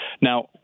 Now